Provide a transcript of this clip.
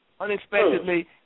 unexpectedly